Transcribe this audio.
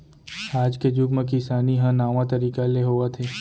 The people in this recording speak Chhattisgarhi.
आज के जुग म किसानी ह नावा तरीका ले होवत हे